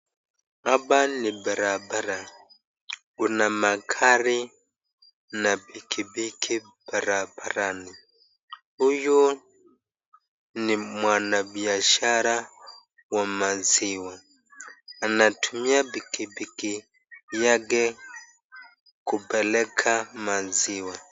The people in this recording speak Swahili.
Hapa ni barabara ,kuna magari na pikipiki barabarani . Huyu ni mwanabiashara wa maziwa, anatumia pikipiki yake kupeleka maziwa.